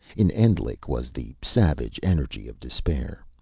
in endlich was the savage energy of despair.